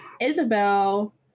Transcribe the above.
Isabel